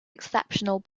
exceptional